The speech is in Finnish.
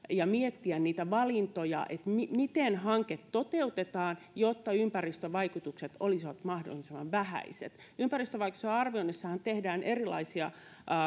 ja miettiä niitä valintoja miten hanke toteutetaan jotta ympäristövaikutukset olisivat mahdollisimman vähäiset ympäristövaikutusten arvioinnissahan tehdään erilaisia